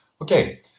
Okay